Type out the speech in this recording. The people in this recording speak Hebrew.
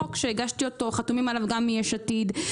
זה חוק שהגשתי וחתומים עליו גם מיש עתיד,